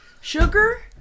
Sugar